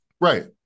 Right